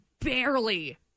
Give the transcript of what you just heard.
barely